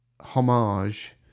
homage